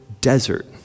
desert